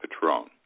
Patron